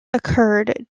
occurred